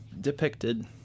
depicted